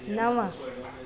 नव